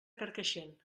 carcaixent